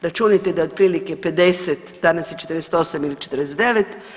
Računajte da otprilike 50, danas je 48 ili 49.